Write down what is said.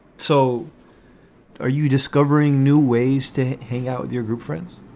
so are you discovering new ways to hang out with your group friends?